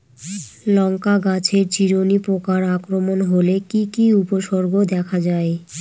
লঙ্কা গাছের চিরুনি পোকার আক্রমণ হলে কি কি উপসর্গ দেখা যায়?